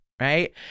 Right